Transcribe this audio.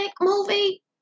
movie